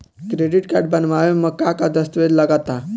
Credit card बनवावे म का का दस्तावेज लगा ता?